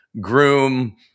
groom